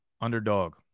Underdog